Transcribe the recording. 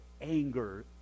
anger